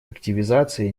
активизация